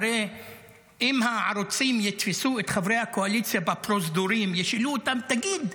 הרי אם הערוצים יתפסו את חברי הקואליציה בפרוזדורים וישאלו אותם: תגיד,